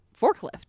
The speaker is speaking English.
forklift